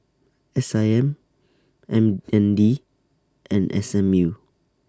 S I M M N D and S M U